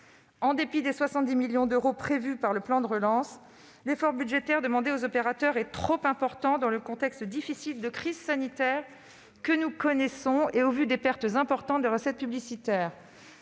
En dépit des 70 millions d'euros prévus par le plan de relance, l'effort budgétaire demandé aux opérateurs est trop important dans le contexte difficile de crise sanitaire que nous connaissons, et au vu des pertes importantes de recettes publicitaires.